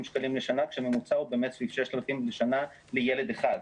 ₪ לשנה כשהממוצע הוא באמת סביב 6,000 ₪ לשנה לילד אחד.